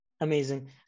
amazing